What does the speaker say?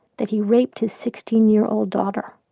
that he raped his sixteen year old daughter